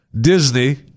Disney